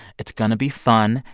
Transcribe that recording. it's going to be fun.